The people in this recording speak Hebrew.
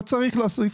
לא צריך להוסיף,